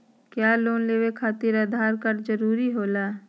क्या लोन लेवे खातिर आधार कार्ड जरूरी होला?